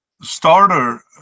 starter